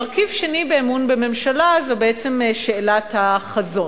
מרכיב שני באמון בממשלה זה בעצם שאלת החזון.